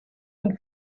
and